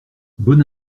bonne